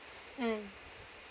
mmhmm